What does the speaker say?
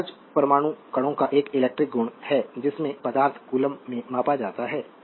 slide समय देखें 1635 तो तो चार्ज परमाणु कणों का एक इलेक्ट्रिक गुण है जिसमें पदार्थ कूलम्ब में मापा जाता है